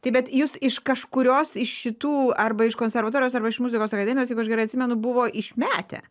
tai bet jus iš kažkurios iš šitų arba iš konservatorijos arba iš muzikos akademijos jeigu aš gerai atsimenu buvo išmetę